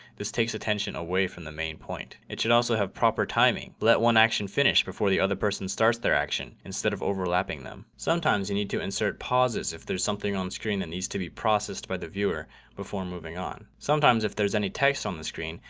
this takes attention away from the main point. it should also have proper timing. let one action finish before the other person starts their action instead of overlapping them sometimes you need to insert pauses if there's something on the screen that needs to be processed by the viewer before moving on. sometimes if there's any text on the screen.